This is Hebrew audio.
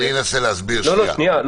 אני אנסה להסביר, שנייה.